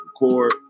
record